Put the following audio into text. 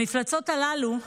המפלצות הללו,